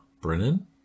Brennan